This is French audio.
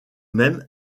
même